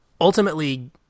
ultimately